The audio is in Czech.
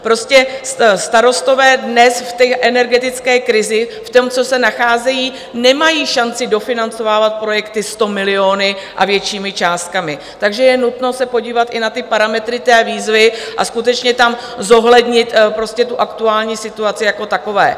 Prostě starostové dnes v té energetické krizi, v tom, co se nacházejí, nemají šanci dofinancovávat projekty 100 miliony a většími částkami, takže je nutno se podívat i na parametry té výzvy a skutečně tam zohlednit aktuální situaci jako takovou.